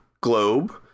Globe